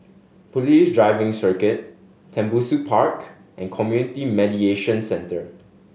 Police Driving Circuit Tembusu Park and Community Mediation Center